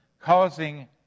causing